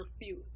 refute